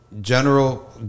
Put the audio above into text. general